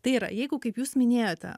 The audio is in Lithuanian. tai yra jeigu kaip jūs minėjote